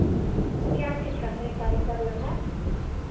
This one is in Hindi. क्या चीज़ का खरीददारी करना है